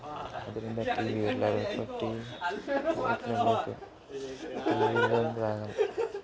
ಅದರಿಂದ ಟಿವಿ ಎಲ್ಲರಿಗೂ ಟಿವಿ ಬೇಕೇ ಬೇಕು ಟಿವಿ ಇಲ್ಲ ಅಂದ್ರೆ ಆಗಲ್ಲ